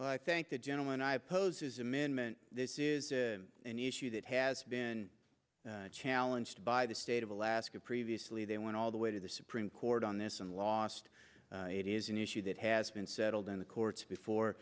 chairman i thank the gentleman i opposed his amendment this is an issue that has been challenged by the state of alaska previously they went all the way to the supreme court on this and lost it is an issue that has been settled in the courts before